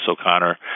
O'Connor